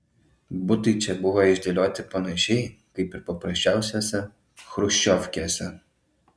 butai čia buvo išdėlioti panašiai kaip ir paprasčiausiose chruščiovkėse